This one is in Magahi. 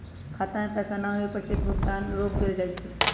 खाता में पैसा न होवे पर चेक भुगतान रोक देयल जा हई